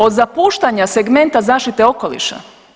Od zapuštanja segmenta zaštite okoliša?